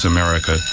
America